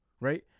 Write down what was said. right